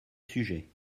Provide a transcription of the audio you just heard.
sujet